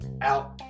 Out